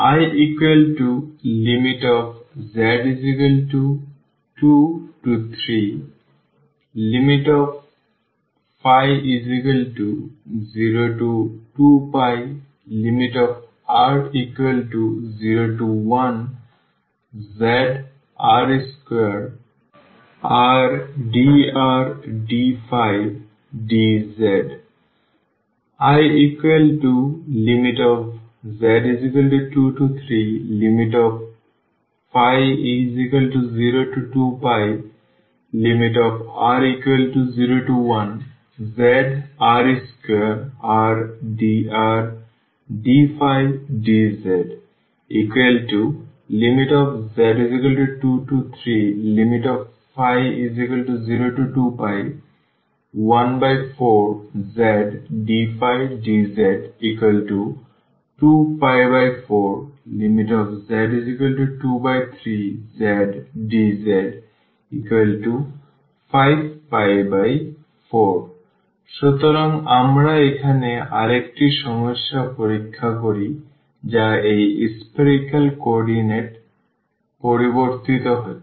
Iz23ϕ02πr01zr2rdrdϕdz Iz23ϕ02πr01zr2rdrdϕdz z23ϕ02π14zdϕdz 2π4z23zdz 5π4 সুতরাং আমরা এখানে আরেকটি সমস্যা পরীক্ষা করি যা এই spherical কোঅর্ডিনেট পরিবর্তিত হচ্ছে